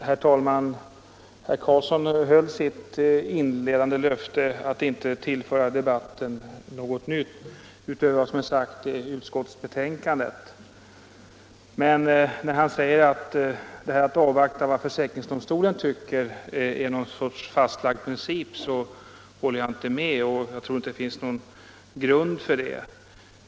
Herr talman! Herr Carlsson i Vikmanshyttan höll sitt inledande löfte att inte tillföra debatten något nytt utöver vad som är sagt i utskottsbetänkandet. Men när han säger att detta att avvakta vad försäkringsdomstolen tycker är något slags fastlagd princip håller jag inte med. Jag tror inte det finns någon grund för det.